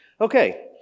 Okay